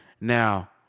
Now